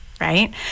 right